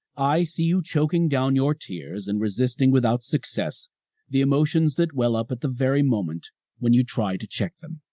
i see you choking down your tears and resisting without success the emotions that well up at the very moment when you try to check them.